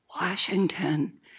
Washington